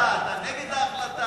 אתה בעד ההחלטה, אתה נגד ההחלטה?